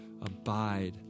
abide